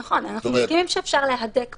נכון, אנחנו מסכימים שאפשר להדק פה.